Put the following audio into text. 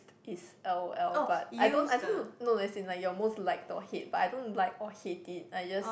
is l_o_l but I don't I don't know as in your most like though hate but I don't like or hate it I just